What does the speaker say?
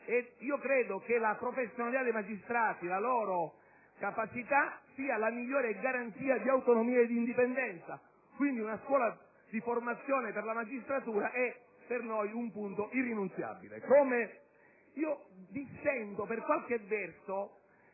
Io credo che la professionalità dei magistrati e la loro capacità siano le migliori garanzie di autonomia e di indipendenza. Quindi una scuola di formazione per la magistratura è per noi un punto irrinunziabile.